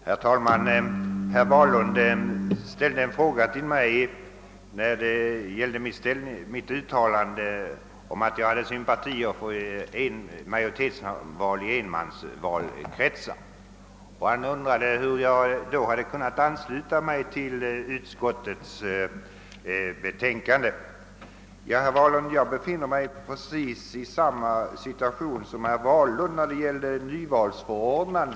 Herr talman! Herr Wahlund ställde en fråga till mig beträffande mitt uttalande om att jag hyste sympatier för majoritetsval i enmansvalkretsar. Han undrade hur jag då hade kunnat ansluta mig till utskottets hemställan. Jag befinner mig i precis samma situation som herr Wahlund när det gäller nyvalsförordnande.